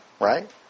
Right